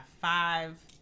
five